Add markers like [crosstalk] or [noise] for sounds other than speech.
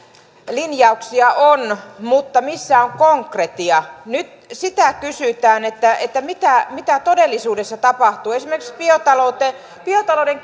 linjauksia on mutta missä on konkretia sitä kysytään mitä mitä todellisuudessa tapahtuu esimerkiksi biotaloudessa biotalouden [unintelligible]